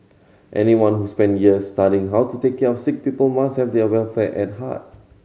anyone who spend years studying how to take care of sick people must have their welfare at heart